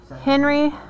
Henry